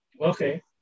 Okay